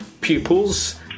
pupils